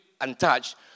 untouched